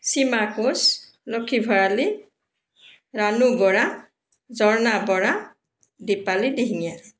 Seema Koch Lakshmi Bharali Ranu Bora Jharna Bora Dipali Dihingia